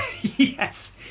Yes